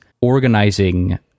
organizing